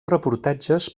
reportatges